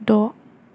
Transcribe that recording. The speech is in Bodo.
द'